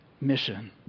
mission